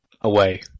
away